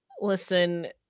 Listen